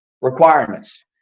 requirements